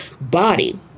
body